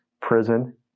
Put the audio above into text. prison